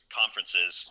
conferences